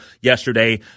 yesterday